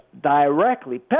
directly